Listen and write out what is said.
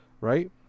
right